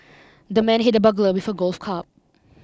the man hit the burglar with a golf cub